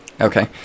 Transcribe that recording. Okay